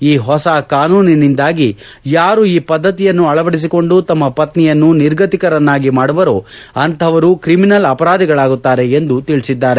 ಈ ಹೊಸ ಕಾನೂನಿನಿಂದಾಗಿ ಯಾರು ಈ ಪದ್ಧತಿಯನ್ನು ಅಳವಡಿಸಿಕೊಂಡು ತಮ್ಮ ಪತ್ನಿಯನ್ನು ನಿರ್ಗತಿಕರನ್ನಾಗಿ ಮಾಡುವರೋ ಅಂತಹವರು ಕ್ರಿಮಿನಲ್ ಅಪರಾಧಿಗಳಾಗುತ್ತಾರೆ ಎಂದು ತಿಳಿಸಿದ್ದಾರೆ